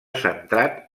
centrat